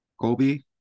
Colby